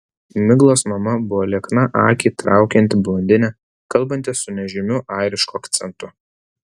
miglos mama buvo liekna akį traukianti blondinė kalbanti su nežymiu airišku akcentu